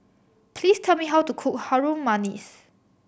please tell me how to cook Harum Manis